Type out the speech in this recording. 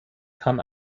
kann